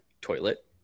toilet